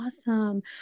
awesome